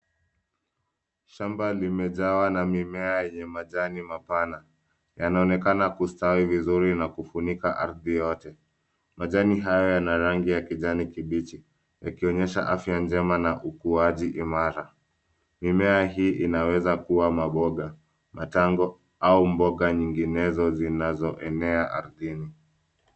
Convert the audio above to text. Shamba limejawa na mimea yenye majani mapana. Yanaonekana kustawi vizuri na kufunika ardhi yote. Majani hayo yana rangi ya kijani kibichi yakionyesha afya njema na ukuaji imara. Mimea hii inawezakuwa maboga, matango au mboga nyinginezo zinazoenea ardhini.